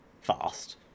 fast